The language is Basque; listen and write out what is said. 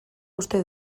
uste